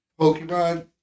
Pokemon